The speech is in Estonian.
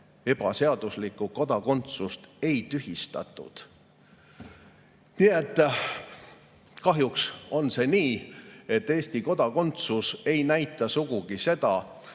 ebaseaduslikku kodakondsust ei tühistatud. Nii et kahjuks on nii, et Eesti kodakondsus ei näita sugugi seda,